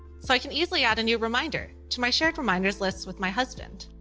so i can easily add a new reminder to my shared reminders list with my husband.